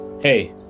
Hey